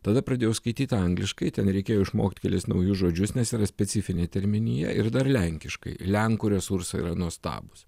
tada pradėjau skaityt angliškai ten reikėjo išmokt kelis naujus žodžius nes yra specifinė terminija ir dar lenkiškai lenkų resursai yra nuostabūs